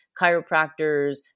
chiropractors